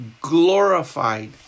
glorified